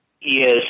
Yes